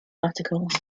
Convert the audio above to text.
articles